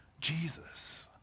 Jesus